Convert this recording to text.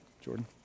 Jordan